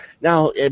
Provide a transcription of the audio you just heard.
Now